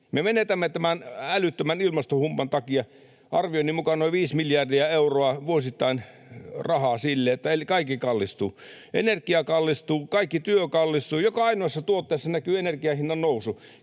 Me menetämme tämän älyttömän ilmastohumpan takia arvioni mukaan noin viisi miljardia euroa vuosittain rahaa sille, eli kaikki kallistuu: energia kallistuu, kaikki työ kallistuu, joka ainoassa tuotteessa näkyy energian hinnannousu.